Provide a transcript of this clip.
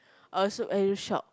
I also very shocked